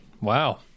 wow